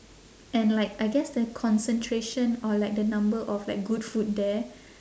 and like I guess the concentration or like the number of like good food there